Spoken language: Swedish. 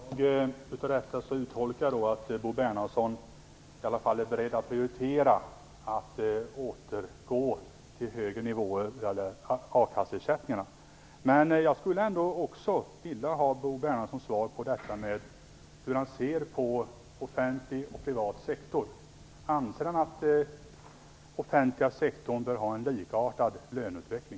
Fru talman! Av detta uttolkar jag att Bo Bernhardsson är beredd att prioritera att man återgår till högre nivåer när det gäller a-kasseersättningarna. Jag skulle ändå vilja ha Bo Bernhardssons svar på hur han ser på frågan om privat och offentlig sektor. Anser Bo Bernhardsson att den offentliga sektorn bör ha en likartad löneutveckling?